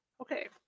Okay